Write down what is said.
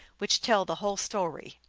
which tell the whole story.